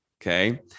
Okay